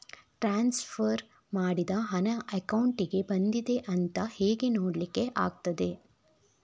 Transfer ಮಾಡಿದ ಹಣ ಅಕೌಂಟಿಗೆ ಬಂದಿದೆ ಅಂತ ಹೇಗೆ ನೋಡ್ಲಿಕ್ಕೆ ಆಗ್ತದೆ?